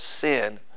sin